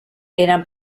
eran